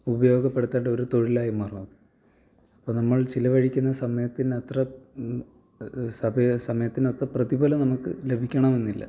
ഉപയോഗപ്പെടുത്തണ്ട ഒരു തൊഴിലായി മാറും അത് അപ്പോള് നമ്മൾ ചിലവഴിക്കുന്ന സമയത്തിനത്ര സമയത്തിനൊത്ത പ്രതിഫലം നമുക്ക് ലഭിക്കണമെന്നില്ല